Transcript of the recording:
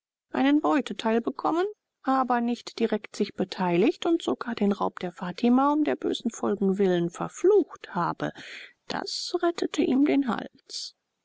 einen beuteteil bekommen aber nicht direkt sich beteiligt und sogar den raub der fatima um der bösen folgen willen verflucht habe das rettete ihm den hals